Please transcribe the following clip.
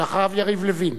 ואחריו, יריב לוין.